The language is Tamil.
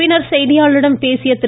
பின்னர் செய்தியாளர்களிடம் பேசிய திரு